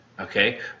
okay